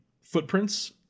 footprints